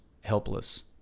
helpless